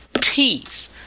Peace